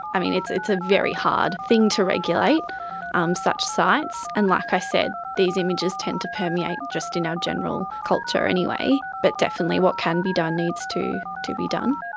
i mean, it's it's a very hard thing to regulate um such sites, and, like i said, these images tends to permeate just in our general culture anyway, but definitely what can be done needs to to be done.